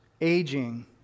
aging